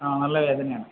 ആ നല്ല വേദനയാണ്